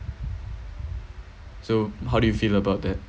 so how do you feel about that